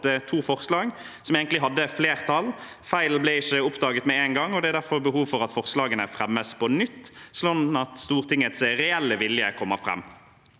falt to forslag som egentlig hadde flertall. Feilen ble ikke oppdaget med en gang, og det er derfor behov for at forslagene fremmes på nytt, sånn at Stortingets reelle vilje kommer fram.